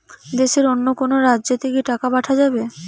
দেশের অন্য কোনো রাজ্য তে কি টাকা পাঠা যাবে?